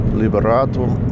liberatum